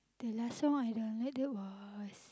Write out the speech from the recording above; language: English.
the last song I had a lit that was